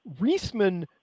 Reisman